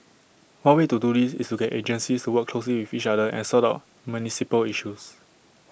one way to do this is to get agencies to work closely with each other and sort out municipal issues